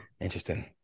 interesting